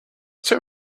too